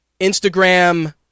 Instagram